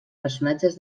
personatges